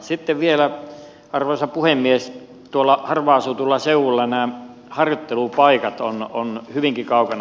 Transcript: sitten vielä arvoisa puhemies tuolla harvaan asutulla seudulla nämä harjoittelupaikat ovat hyvinkin kaukana